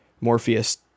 Morpheus